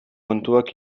kontuak